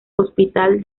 hospital